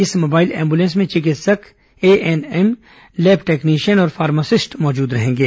इस mobile ambulance में चिकित्सक एएनएम लैब टेक्नीशियन और फार्मासिस्ट मौजूद रहेंगे